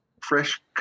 fresh